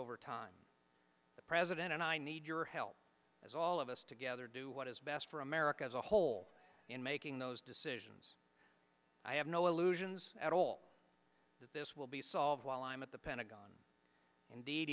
over time the president and i need your help as all of us together do what is best for america the whole in making those decisions i have no illusions at all that this will be solved while i am at the pentagon ind